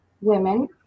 women